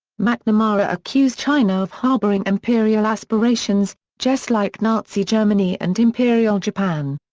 mcnamara accused china of harboring imperial aspirations, just like nazi germany and imperial japan.